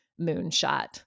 moonshot